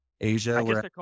Asia